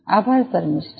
આભાર શમિષ્ઠા